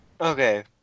Okay